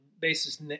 basis